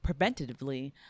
preventatively